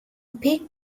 peak